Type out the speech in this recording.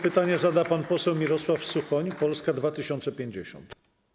Pytanie zada pan poseł Mirosław Suchoń, Polska 2050.